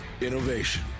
innovation